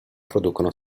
producono